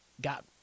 got